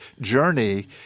journey